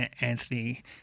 Anthony